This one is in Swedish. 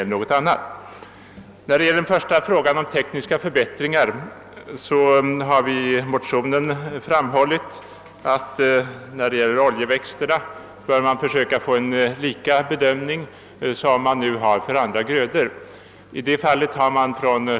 Beträffande de tekniska förbättringarna har vi i motionen framhållit att oljeväxterna bör bedömas på samma sätt som andra grödor.